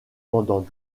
pendant